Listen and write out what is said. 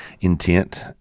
intent